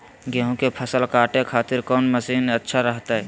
गेहूं के फसल काटे खातिर कौन मसीन अच्छा रहतय?